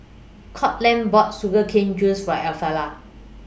Courtland bought Sugar Cane Juice For Elfreda